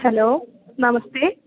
hello नमस्ते